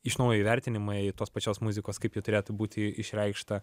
iš naujo įvertinimai tos pačios muzikos kaip ji turėtų būti išreikšta